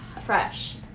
fresh